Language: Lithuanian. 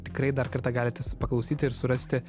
tikrai dar kartą galite paklausyti ir surasti